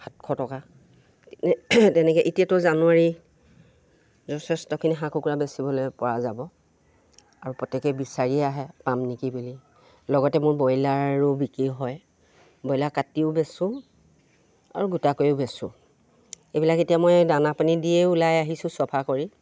সাতশ টকা তেনেকৈ এতিয়াতো জানুৱাৰী যথেষ্টখিনি হাঁহ কুকুৰা বেচিবলৈপৰা যাব আৰু প্ৰত্যেকে বিচাৰিয়ে আহে পাম নেকি বুলি লগতে মোৰ ব্ৰইলাৰো বিক্ৰী হয় ব্ৰইলাৰ কাটিও বেচোঁ আৰু গোটাকৈও বেচোঁ এইবিলাক এতিয়া মই দানা পানী দিয়ে ওলাই আহিছোঁ চফা কৰি